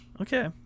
Okay